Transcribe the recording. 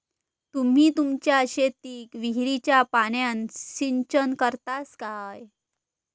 तुम्ही तुमच्या शेतीक विहिरीच्या पाण्यान सिंचन करतास काय?